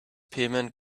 payment